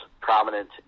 prominent